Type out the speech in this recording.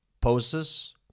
poses